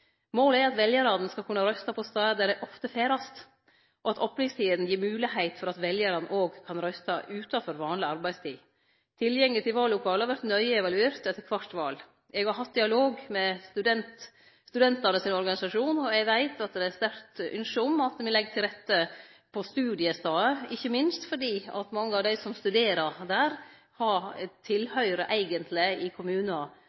Målet er at veljarane skal kunne røyste på stader der dei ofte ferdast, og at opningstidene gir moglegheit for at veljarane òg kan røyste utanfor vanleg arbeidstid. Tilgjenge til vallokala vert nøye evaluert etter kvart val. Eg har hatt dialog med studentane sin organisasjon, og eg veit at det er sterkt ynske om at me legg til rette på studiestaden, ikkje minst fordi mange av dei som studerer der, eigentleg har tilhøyrsle i andre kommunar